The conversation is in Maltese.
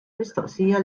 mistoqsija